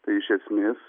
tai iš esmės